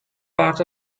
part